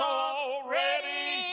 already